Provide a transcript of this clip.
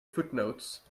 footnotes